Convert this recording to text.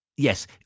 Yes